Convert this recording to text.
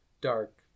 dark